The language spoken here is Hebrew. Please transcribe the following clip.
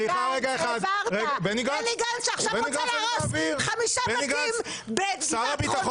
בני גנץ שעכשיו רוצה להרוס 5 בתים בגבעת